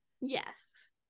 Yes